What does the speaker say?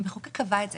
המחוקק קבע את זה.